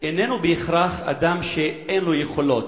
איננו בהכרח אדם שאין לו יכולות.